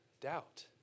doubt